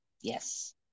Yes